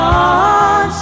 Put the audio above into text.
on